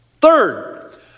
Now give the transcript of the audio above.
Third